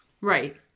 Right